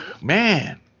man